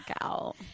out